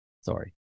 Sorry